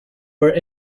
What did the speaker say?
were